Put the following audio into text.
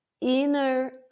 inner